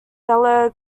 fellow